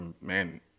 man